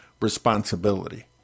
responsibility